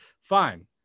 Fine